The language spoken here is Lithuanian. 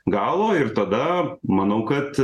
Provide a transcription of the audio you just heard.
galo ir tada manau kad